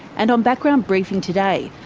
and on background briefing today,